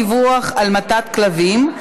דיווח על המתת כלבים),